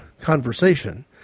conversation